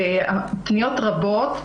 בפניות רבות.